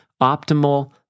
optimal